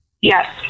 yes